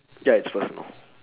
ya it's personal